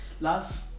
love